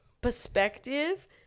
perspective